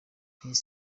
his